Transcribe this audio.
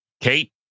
Kate